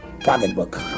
pocketbook